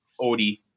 Odie